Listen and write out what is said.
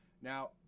now